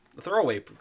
Throwaway